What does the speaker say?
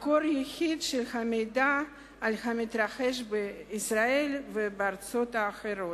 מקור יחיד למידע על המתרחש בישראל ובארצות אחרות.